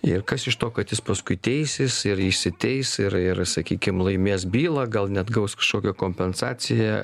ir kas iš to kad jis paskui teisis ir išsiteis ir ir sakykim laimės bylą gal net gaus kažkokią kompensaciją